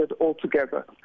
altogether